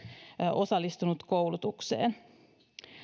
osallistunut koulutukseen